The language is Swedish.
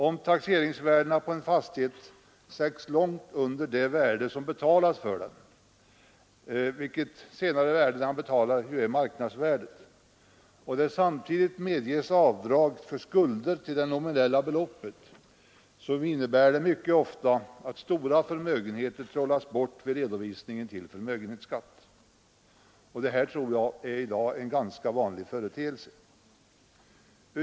Om taxeringsvärdet på en fastighet sätts långt under det värde som betalas för den — marknadsvärdet — och det samtidigt medges avdrag för skulder till det nominella beloppet, innebär det mycket ofta att stora förmögenheter trollas bort vid redovisningen till förmögenhetsskatt. Detta tror jag är en ganska vanlig företeelse i dag.